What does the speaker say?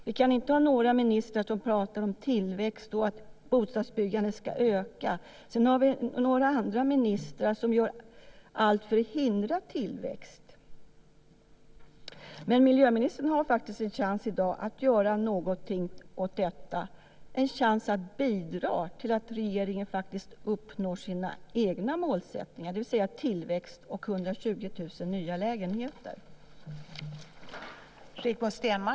Vi kan inte ha ministrar som pratar om tillväxt och om att bostadsbyggandet ska öka, medan andra ministrar gör allt för att hindra tillväxt. Men miljöministern har faktiskt en chans i dag att göra någonting åt detta, en chans att bidra till att regeringen uppnår sina egna målsättningar, det vill säga tillväxt och 120 000 nya lägenheter.